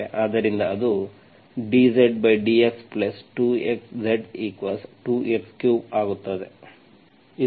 ಆದ್ದರಿಂದ ಅದು dZdx 2x Z2 x3 ಆಗುತ್ತದೆ